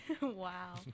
Wow